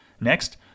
Next